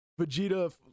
vegeta